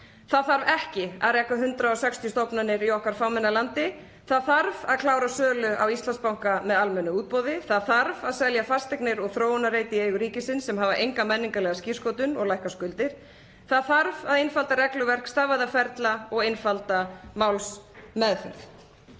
Það þarf ekki að reka 160 stofnanir í okkar fámenna landi. Það þarf að klára sölu á Íslandsbanka með almennu útboði. Það þarf að selja fasteignir og þróunarreiti í eigu ríkisins sem hafa enga menningarlega skírskotun og lækka skuldir. Það þarf að einfalda regluverk, stafvæða ferla og einfalda málsmeðferð.